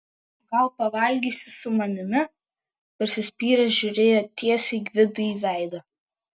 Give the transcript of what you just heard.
gal pavalgysi su manimi prisispyręs žiūrėjo tiesiai gvidui į veidą